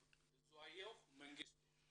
בזואייהו מנגיסטו.